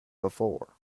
before